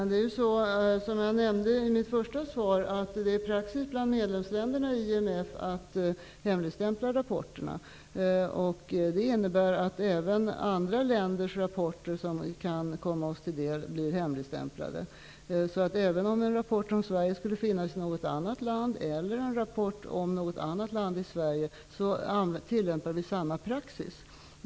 Herr talman! Som jag nämnde i mitt första svar är det praxis bland medlemsländerna i IMF att hemligstämpla rapporterna. Det innebär att även andra länders rapporter som vi kan komma och studera skulle bli hemligstämplade. Även om en rapport om Sverige skulle finnas i något annat land, eller en rapport om något annat land i Sverige, tillämpar vi samma praxis.